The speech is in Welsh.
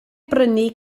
brynu